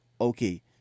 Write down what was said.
okay